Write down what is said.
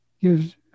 gives